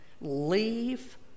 leave